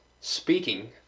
speaking